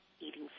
eating